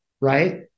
Right